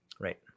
Right